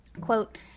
Quote